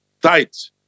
tight